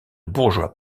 bourgeois